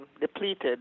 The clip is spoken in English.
depleted